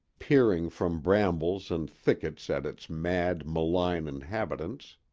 peering from brambles and thickets at its mad, malign inhabitants.